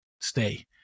stay